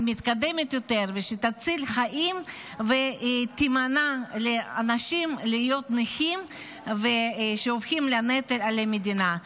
שתציל חיים ותמנע מאנשים להיות נכים שהופכים לנטל על המדינה.